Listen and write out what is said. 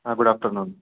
ಹಾಂ good afternoon